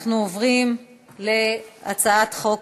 אנחנו עוברים להצעת חוק